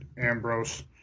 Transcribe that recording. Ambrose